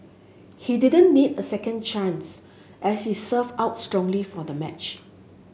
he didn't need a second chance as he served out strongly for the match